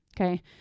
Okay